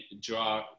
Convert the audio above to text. draw